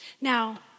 Now